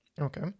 Okay